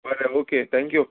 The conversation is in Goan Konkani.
बरें ओके थँक्यू